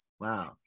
Wow